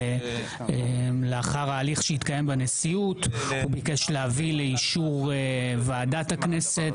לאחר ההליך שהתקיים בנשיאות הוא ביקש להביא לאישור ועדת הכנסת